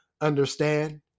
understand